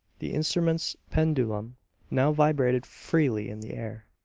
the instrument's pendulum now vibrated freely in the air,